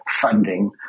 funding